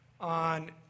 on